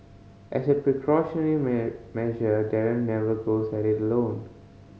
as a precautionary measure Darren never goes at it alone